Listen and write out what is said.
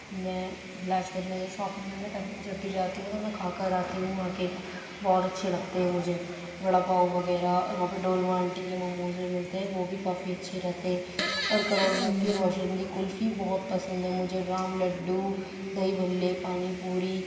میں لاجپت نگر شاپنگ کرنے تب جب بھی جاتی ہوں تو میں کھا کر آتی ہوں وہاں کے بہت اچھے لگتے ہیں مجھے وڑا پاؤ وغیرہ اور وہاں پہ ڈولما آنٹی کی موموز بھی ملتے ہیں وہ بھی کافی اچھے رہتے ہیں اور کرول باغ کے روشندی کُلفی بہت پسند ہے مجھے رام لڈّو دہی بھلے پانی پوری